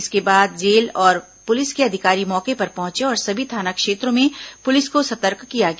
इसके बाद जेल और पुलिस के अधिकारी मौके पर पहुंचे और सभी थाना क्षेत्रों में पुलिस को सतर्क किया गया